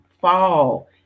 fall